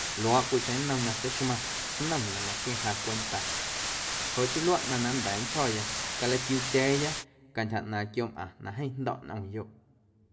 Luaaꞌ cwiicheⁿ nnom na tseixmaⁿ snom na maquia̱ⁿ ja cwenta joꞌ chii luaꞌ ꞌnaⁿ na nnda̱a̱ ntsjo̱ya calatiuutya̱a̱ya cantyja ꞌnaaⁿ quiooꞌmꞌaⁿ na jeeⁿ jndo̱ꞌ nꞌomyoꞌ.